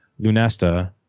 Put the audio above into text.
Lunesta